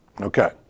Okay